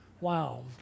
Wow